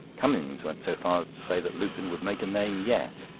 cummings went so far as to say that lupin would make a name yet.